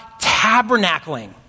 tabernacling